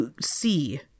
see